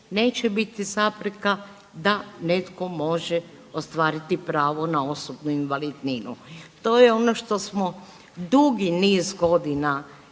neće biti zapreka da netko može ostvariti pravo na osobnu invalidninu. To je ono što smo dugi niz godina